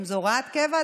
אם זו הוראת קבע,